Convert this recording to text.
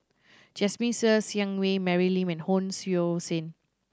Jasmine Ser Xiang Wei Mary Lim and Hon Sui Sen